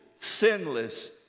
sinless